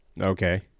Okay